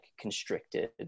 constricted